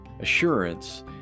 Assurance